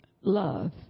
love